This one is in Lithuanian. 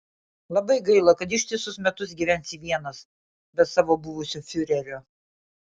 labai gaila kad ištisus metus gyvensi vienas be savo buvusio fiurerio